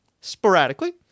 sporadically